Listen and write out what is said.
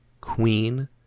Queen